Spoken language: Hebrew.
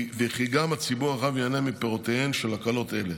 וכי גם הציבור הרחב ייהנה מפירותיהן של הקלות אלה.